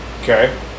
Okay